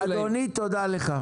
אדוני, תודה לך.